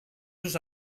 usos